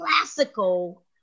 classical